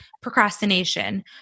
procrastination